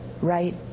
right